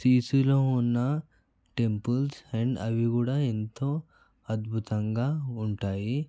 సిసులో ఉన్న temples and అవి కూడా ఎంతో అద్భుతంగా ఉంటాయి